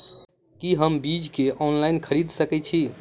की हम बीज केँ ऑनलाइन खरीदै सकैत छी?